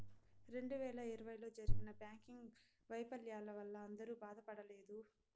రెండు వేల ఇరవైలో జరిగిన బ్యాంకింగ్ వైఫల్యాల వల్ల అందరూ బాధపడలేదు